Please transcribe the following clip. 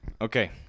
Okay